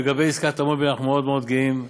לגבי עסקת "מובילאיי" אנחנו מאוד מאוד גאים.